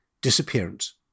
disappearance